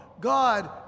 God